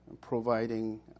providing